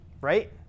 right